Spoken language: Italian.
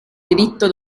delitto